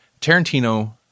Tarantino